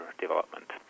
development